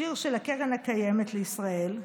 שיר של הקרן הקיימת לישראל,